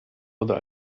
oder